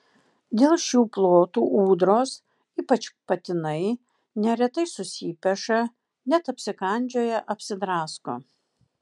dėl šių plotų ūdros ypač patinai neretai susipeša net apsikandžioja apsidrasko